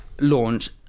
launch